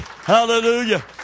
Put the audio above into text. Hallelujah